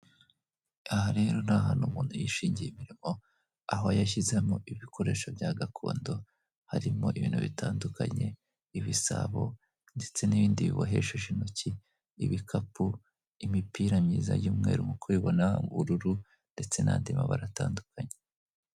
Aha rero ni ahantu umuntu yishingiye imirimo aho yashyizemo ibikoresho bya gakondo, harimo ibintu bitandukanye ibisabo, ndetse n'ibindi bibohesheje intoki ibikapu imipira myiza y'umweru nkuko ubibona ubururu ndetse n'andi mabara atandukanye.